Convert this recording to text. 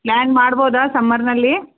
plan ಮಾಡ್ಬಹುದ ಸಮ್ಮರ್ನಲ್ಲಿ